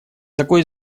такой